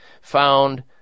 found